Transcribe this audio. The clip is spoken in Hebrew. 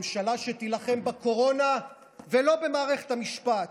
ממשלה שתילחם בקורונה ולא במערכת המשפט,